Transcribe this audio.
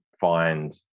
find